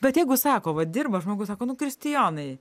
bet jeigu sako va dirba žmogus sako nu kristijonai